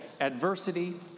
adversity